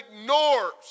ignores